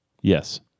Yes